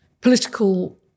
political